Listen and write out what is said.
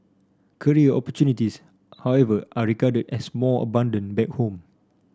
career opportunities however are regarded as more abundant back home